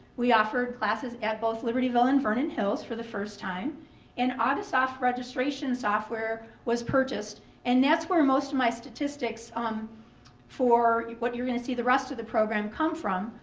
we offered classes at both libertyville and vernon hills for the first time and audisoft registration software was purchased and that's where most of my statistics um for what you're gonna see the rest of the program come from.